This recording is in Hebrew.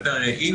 זה יותר יעיל,